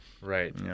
Right